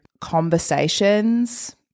conversations